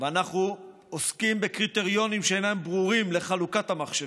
ואנחנו עוסקים בקריטריונים שאינם ברורים לחלוקת המחשבים.